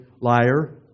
liar